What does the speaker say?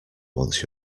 once